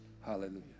Hallelujah